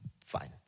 fine